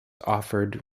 offered